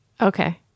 Okay